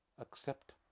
accept